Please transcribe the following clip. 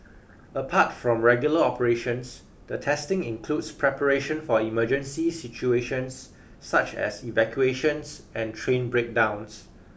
apart from regular operations the testing includes preparation for emergency situations such as evacuations and train breakdowns